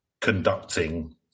conducting